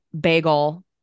bagel